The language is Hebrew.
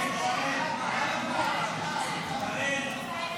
ההצעה להעביר